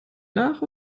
nach